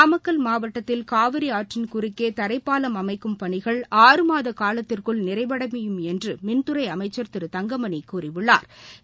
நாமக்கல் மாவட்டத்தில் காவிரி ஆற்றின் குறுக்கே தரைப்பாலம் அமைக்கும் பணிகள் ஆறு மாத காலத்திற்குள் நிறைவடையும் என்று மின்துறை அமைச்சா்திரு தங்கமணி கூறியுள்ளாா்